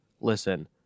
listen